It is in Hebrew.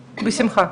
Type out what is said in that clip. בשמחה.